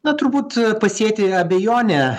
na turbūt pasėti abejonę